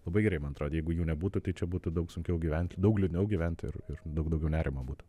labai gerai man atrodė jeigu jų nebūtų tai čia būtų daug sunkiau gyvent daug liūdniau gyvent ir ir daug daugiau nerimo būtų